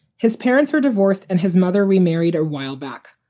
his parents are divorced and his mother remarried a while back.